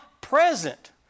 present